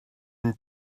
une